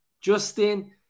Justin